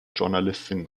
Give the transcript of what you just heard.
journalistin